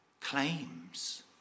claims